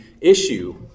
issue